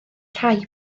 rhai